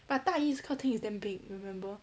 but 大姨客厅 is damn big remember